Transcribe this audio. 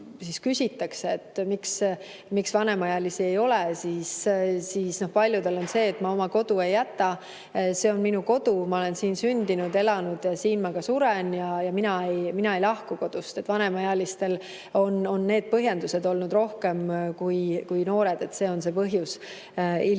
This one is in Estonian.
kui küsitakse, miks vanemaealisi ei ole, siis paljud ütlevad nii, et ma oma kodu ei jäta, see on minu kodu, ma olen siin sündinud, elanud, siin ma ka suren ja mina ei lahku kodust. Vanemaealistel on need põhjendused olnud rohkem kui noortel, see on ka ilmselt